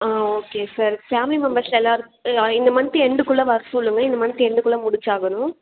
ஆ okay sir family members எல்லாேர்க்கு இந்த month end குள்ளே வர சொல்லுங்க இந்த மந்த் எண்டு குள்ளே முடித்தாகணும்